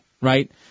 Right